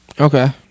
Okay